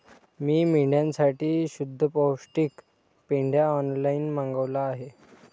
मी मेंढ्यांसाठी शुद्ध पौष्टिक पेंढा ऑनलाईन मागवला आहे